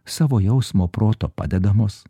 savo jausmo proto padedamos